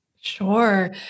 Sure